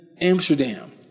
Amsterdam